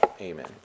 amen